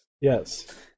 yes